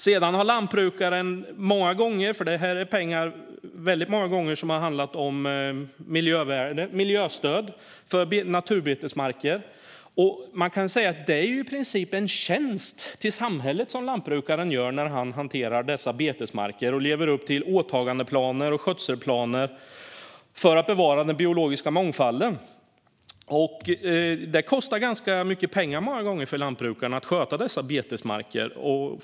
Det är många gånger pengar som avser miljövärden - miljöstöd för naturbetesmarker. I princip är det en tjänst som lantbrukaren gör samhället när han hanterar dessa betesmarker och lever upp till åtagande och skötselplaner för att bevara den biologiska mångfalden. Det kostar många gånger ganska mycket pengar för lantbrukaren att sköta dessa betesmarker.